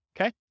Okay